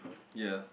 yah